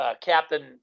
Captain